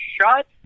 Shut